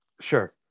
sure